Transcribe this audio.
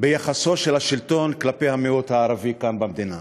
ביחסו של השלטון כלפי המיעוט הערבי כאן במדינה.